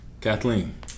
Kathleen